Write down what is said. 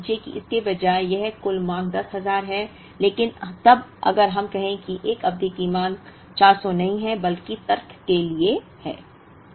अब मान लीजिए कि इसके बजाय यह कुल मांग 10000 है लेकिन तब अगर हम कहें कि 1 अवधि की मांग 400 नहीं है बल्कि तर्क के लिए है